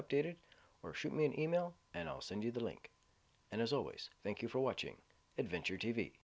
updated or shoot me an email and i'll send you the link and as always thank you for watching adventure t